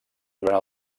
durant